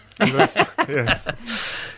Yes